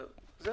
הקראנו.